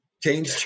change